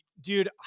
dude